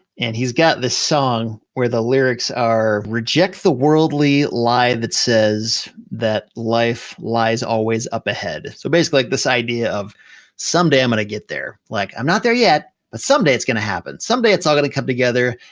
and he's got this song where the lyrics are, reject the worldly lie that says that life lies always up ahead. so, basically, this idea of some day i'm gonna get there. like i'm not there yet, but someday it's gonna happen, someday it's all gonna come together.